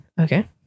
Okay